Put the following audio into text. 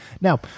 now